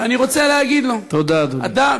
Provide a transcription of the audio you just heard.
ואני רוצה להגיד לו, תודה, אדוני.